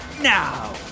now